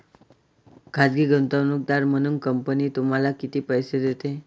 खाजगी गुंतवणूकदार म्हणून कंपनी तुम्हाला किती पैसे देते?